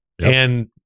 and-